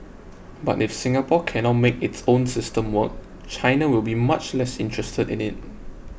but if Singapore cannot make its system work China will be much less interested in it